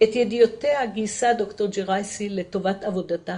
את ידיעותיה גייסה ד"ר ג'ראייסי לטובת עבודתה